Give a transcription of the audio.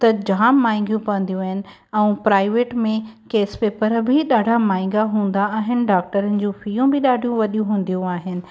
त जाम माहंगियूं पवंदियूं आहिनि ऐं प्राइवेट में केस पेपर बि ॾाढा महांगा हूंदा आहिनि डॉक्टरनि जूं फीयूं बि ॾाढियूं वॾियूं हूंदियूं आहिनि